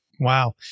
Wow